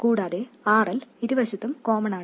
കൂടാതെ RL ഇരുവശത്തും common ആണ്